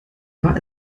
war